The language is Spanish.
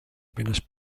apenas